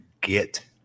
get